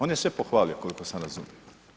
On je sve pohvalio koliko sam razumio.